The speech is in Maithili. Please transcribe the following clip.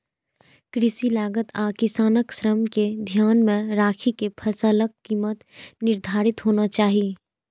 कृषि लागत आ किसानक श्रम कें ध्यान मे राखि के फसलक कीमत निर्धारित होना चाही